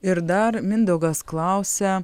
ir dar mindaugas klausia